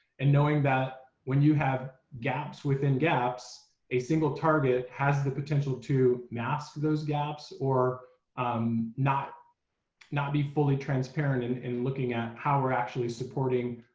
and knowing that when you have gaps within gaps a single target has the potential to mask those gaps or um not not be fully transparent in and looking at how we're actually supporting